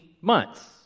months